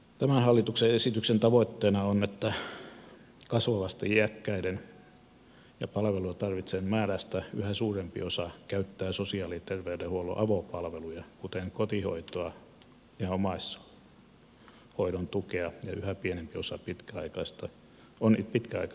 tämän hallituksen esityksen tavoitteena on että kasvavasta iäkkäiden ja palvelua tarvitsevien määrästä yhä suurempi osa käyttää sosiaali ja terveydenhuollon avopalveluja kuten kotihoitoa ja omaishoidon tukea ja yhä pienempi osa on pitkäaikaisessa laitoshoidossa